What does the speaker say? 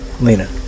Lena